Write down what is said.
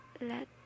let